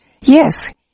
Yes